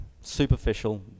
superficial